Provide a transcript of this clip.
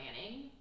planning